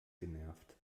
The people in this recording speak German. genervt